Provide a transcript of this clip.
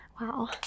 Wow